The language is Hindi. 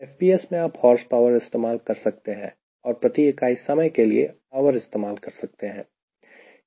FPS में आप horsepower इस्तेमाल कर सकते हैं और प्रति इकाई समय के लिए hour इस्तेमाल कर सकते हैं